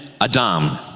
Adam